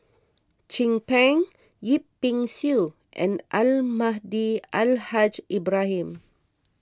Chin Peng Yip Pin Xiu and Almahdi Al Haj Ibrahim